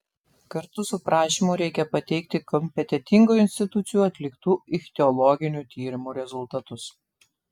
kartu su prašymu reikia pateikti kompetentingų institucijų atliktų ichtiologinių tyrimų rezultatus